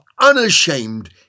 unashamed